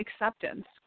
acceptance